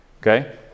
okay